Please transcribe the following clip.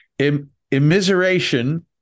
immiseration